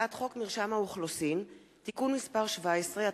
הצעת חוק מרשם אוכלוסין (תיקון מס' 17),